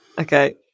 Okay